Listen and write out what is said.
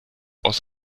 aus